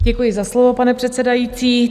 Děkuji za slovo, pane předsedající.